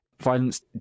violence